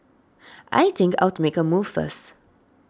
I think I'll make a move first